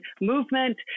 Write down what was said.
movement